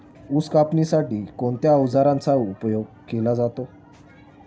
ऊस कापण्यासाठी कोणत्या अवजारांचा उपयोग केला जातो?